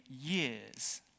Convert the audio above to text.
years